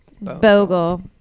Bogle